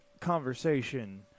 conversation